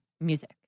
music